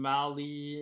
Mali